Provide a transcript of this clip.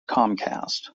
comcast